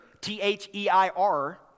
T-H-E-I-R